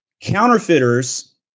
Counterfeiters